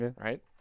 right